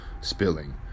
spilling